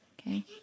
okay